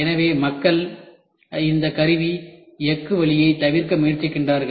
எனவே மக்கள் இந்த கருவி எஃகு வழியைத் தவிர்க்க முயற்சிக்கிறார்கள்